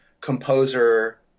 composer